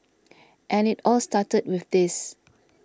and it all started with this